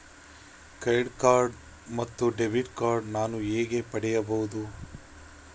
Credit card ಮತ್ತು debit card ನಾನು ಹೇಗೆ ಪಡೆಯಬಹುದು?